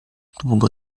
długo